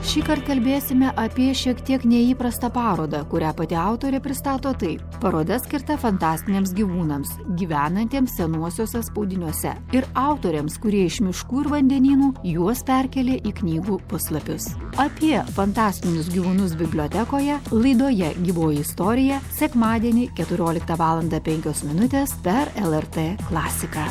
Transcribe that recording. šįkart kalbėsime apie šiek tiek neįprastą parodą kurią pati autorė pristato taip paroda skirta fantastiniams gyvūnams gyvenantiems senuosiuose spaudiniuose ir autoriams kurie iš miškų ir vandenynų juos perkėlė į knygų puslapius apie fantastinius gyvūnus bibliotekoje laidoje gyvoji istorija sekmadienį keturioliktą valandą penkios minutės per lrt klasiką